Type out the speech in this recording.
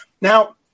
Now